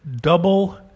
double